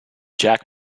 jack